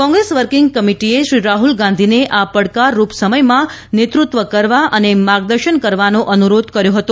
Congress working કમિટીએ શ્રી રાહુલ ગાંધીને આ પડકારરૂપ સમયમાં નેતૃત્વ કરવા અને માર્ગદર્શન કરવાનો અનુરોધ કર્યો હતો